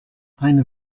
eine